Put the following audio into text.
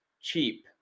cheap